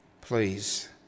Please